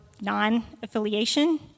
non-affiliation